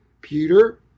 Peter